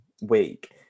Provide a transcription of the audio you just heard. week